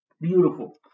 Beautiful